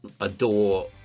adore